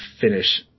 finish